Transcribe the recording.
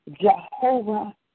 Jehovah